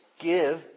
Give